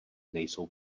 nejsou